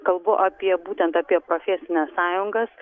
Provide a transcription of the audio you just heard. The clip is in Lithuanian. kalbu apie būtent apie profesines sąjungas